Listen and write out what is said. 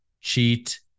cheat